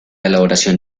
elaboración